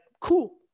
cool